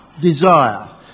desire